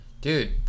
dude